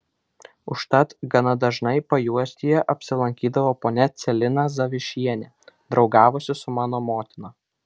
užtat gana dažnai pajuostyje apsilankydavo ponia celina zavišienė draugavusi su mano motina